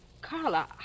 Carla